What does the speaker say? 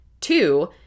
Two